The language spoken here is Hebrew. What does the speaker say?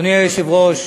אדוני היושב-ראש,